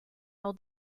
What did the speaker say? all